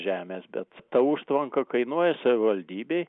žemės bet ta užtvanka kainuoja savivaldybei